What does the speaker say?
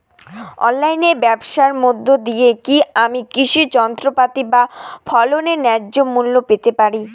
অনলাইনে ব্যাবসার মধ্য দিয়ে কী আমি কৃষি যন্ত্রপাতি বা ফসলের ন্যায্য মূল্য পেতে পারি?